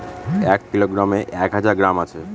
এক কিলোগ্রামে এক হাজার গ্রাম আছে